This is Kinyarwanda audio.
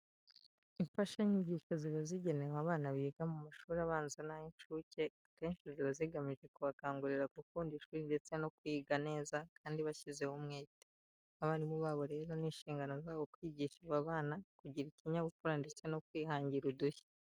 Imfashanyigisho ziba zigenewe abana biga mu mashuri abanza n'ay'incuke akenshi ziba zigamije kubakangurira gukunda ishuri ndetse no kwiga neza kandi bashyizeho umwete. Abarimu babo rero ni inshingano zabo kwigisha aba bana kugira ikinyabupfura ndetse no kwihangira udushya.